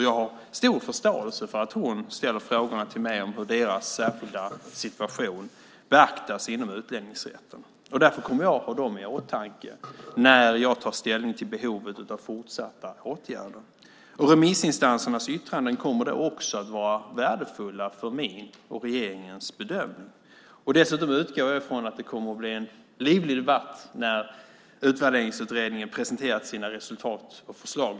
Jag har stor förståelse för att hon ställer frågor till mig om hur deras särskilda situation beaktas inom utlänningsrätten. Därför kommer jag att ha dem i åtanke när jag tar ställning till behovet av fortsatta åtgärder. Remissinstansernas yttranden kommer då också att vara värdefulla för min och regeringens bedömning. Dessutom utgår jag från att det kommer att bli en livlig debatt när Utvärderingsutredningen presenterar sina resultat och förslag.